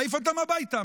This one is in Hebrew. להעיף אותם הביתה,